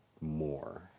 more